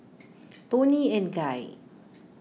Toni and Guy